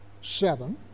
seven